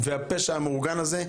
והפשע המאורגן הזה,